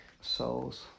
Souls